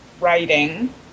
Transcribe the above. writing